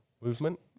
movement